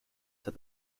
set